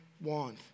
want